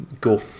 Cool